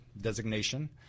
designation